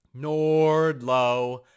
Nordlow